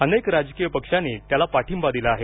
अनेक राजकीय पक्षांनी त्याला पाठिंबा दिला आहे